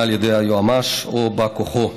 על ידי היועץ המשפטי לממשלה או בא כוחו.